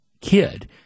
kid –